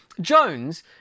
Jones